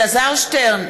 אלעזר שטרן,